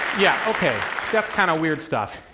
yeah, okay, that's kind of weird stuff.